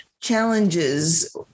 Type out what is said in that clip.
challenges